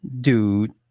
dude